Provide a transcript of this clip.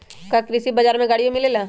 का कृषि बजार में गड़ियो मिलेला?